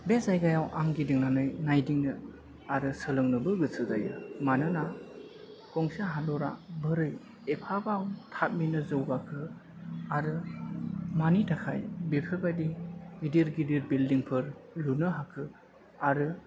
बे जायगायाव आं गिदिंनानै नायदिंनो आरो सोलोंनोबो गोसो जायो मानोना गंसे हादरआ बोरै एफाबां थाबैनो जौगाखो आरो मानि थाखाय बेफोर बायदि गिदिर गिदिर बिलदिंफोर लुनो हाखो आरो